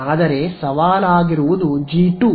ಆದರೆ ಸವಾಲಾಗಿರುವುದು ಜಿ ೨